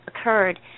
occurred